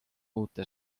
uute